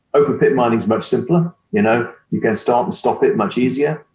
open-pit mining's much simpler. you know you can start and stop it much easier.